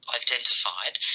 identified